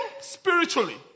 spiritually